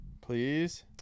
please